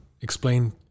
Explain